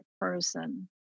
person